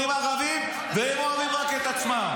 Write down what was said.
והם שונאים ערבים, והם אוהבים רק את עצמם.